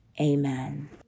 amen